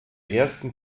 ersten